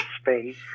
space